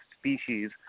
species